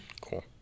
Cool